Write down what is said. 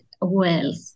wealth